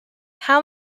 how